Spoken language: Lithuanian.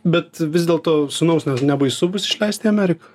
bet vis dėlto sūnaus ne nebaisu bus išleist į ameriką